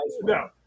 No